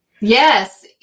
Yes